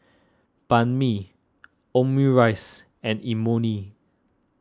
Banh Mi Omurice and Imoni